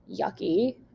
yucky